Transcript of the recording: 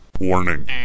Warning